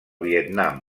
vietnam